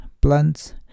plants